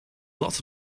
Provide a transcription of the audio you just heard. lots